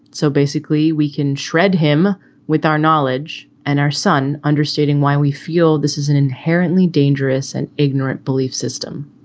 so basically we can shred him with our knowledge and our son understanding why we feel this is an inherently dangerous and ignorant belief system.